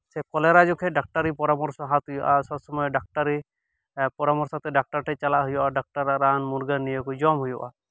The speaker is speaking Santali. ᱥᱮ ᱠᱚᱞᱮᱨᱟ ᱡᱚᱠᱷᱚᱡ ᱰᱟᱠᱛᱟᱨᱤ ᱯᱚᱨᱟᱢᱚᱨᱥᱚ ᱦᱟᱛ ᱦᱩᱭᱩᱜᱼᱟ ᱥᱚᱵᱥᱚᱢᱚᱭ ᱰᱟᱠᱛᱟᱨᱤ ᱯᱚᱨᱟᱢᱚᱨᱥᱚ ᱛᱮ ᱰᱟᱠᱛᱟᱨ ᱴᱷᱮᱡ ᱪᱟᱞᱟᱜ ᱦᱩᱭᱩᱜᱼᱟ ᱰᱟᱠᱛᱟᱨᱟᱜ ᱨᱟᱱᱼᱢᱩᱨᱜᱟᱹᱱ ᱱᱤᱭᱟᱹ ᱠᱚ ᱡᱚᱢ ᱦᱩᱭᱩᱜᱼᱟ